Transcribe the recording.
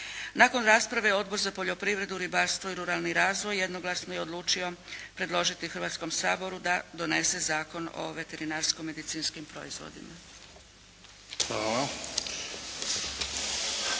Nakon rasprave Odbor za poljoprivredu, ribarstvo i ruralni razvoj jednoglasno je odlučio predložiti Hrvatskom saboru da donese Zakon o veterinarsko-medicinskim proizvodima.